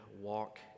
walk